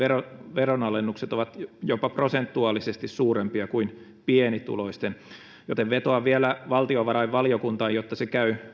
veronalennukset ovat jopa prosentuaalisesti suurempia kuin pienituloisten näin ollen vetoan vielä valtiovarainvaliokuntaan jotta se käy